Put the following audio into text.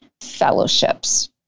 fellowships